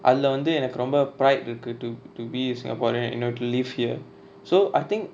அதுல வந்து எனக்கு ரொம்ப:athula vanthu enaku romba prai~ இருக்குது:irukuthu to to be a singaporean you know to live here so I think